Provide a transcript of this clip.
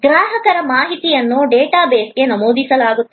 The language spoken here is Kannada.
ಗ್ರಾಹಕರ ಮಾಹಿತಿಯನ್ನು ಡೇಟಾ ಬೇಸ್ಗೆ ನಮೂದಿಸಲಾಗುತ್ತದೆ